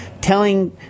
telling